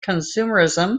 consumerism